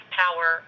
power